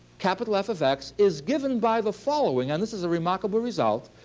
capital f of x, is given by the following. and this is a remarkable result.